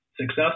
success